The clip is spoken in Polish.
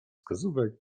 wskazówek